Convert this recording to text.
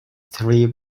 three